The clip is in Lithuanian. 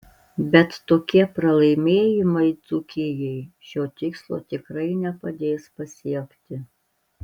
bet tokie pralaimėjimai dzūkijai šio tikslo tikrai nepadės pasiekti